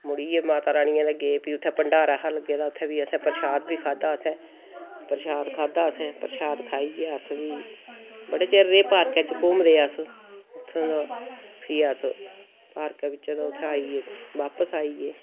मुड़िये माता रानियें दे गे फ्ही उत्थै भण्डारा हा लग्गे दा उत्थै प्रशाद बी खाद्धा असें प्रशाद खाद्धा असें प्रशाद खाइयै अस फ्ही बड़े चिर रेह् पार्क च घुमदे अस फ्ही अस पार्क बिच्चां दा उत्थै आइये